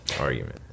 argument